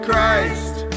Christ